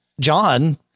John